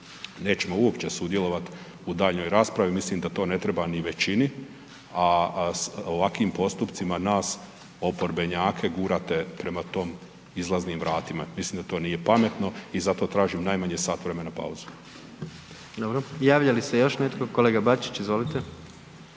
nećemo uopće sudjelovat u daljnjoj raspravi, mislim da to ne treba ni većini, a s ovakvim postupcima nas oporbenjake gurate prema tom izlaznim vratima, mislim da to nije pametno i zato tražim najmanje sat vremena pauzu. **Jandroković, Gordan (HDZ)** Dobro. Javlja li se još netko? Kolega Bačić, izvolite.